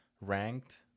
ranked